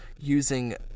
using